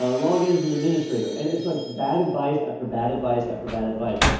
ah login as an administrator. and it's like bad advice after bad advice, after bad advice.